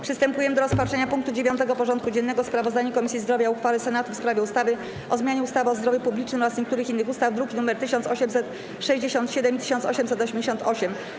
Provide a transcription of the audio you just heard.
Przystępujemy do rozpatrzenia punktu 9. porządku dziennego: Sprawozdanie Komisji Zdrowia o uchwale Senatu w sprawie ustawy o zmianie ustawy o zdrowiu publicznym oraz niektórych innych ustaw (druki nr 1867 i 1888)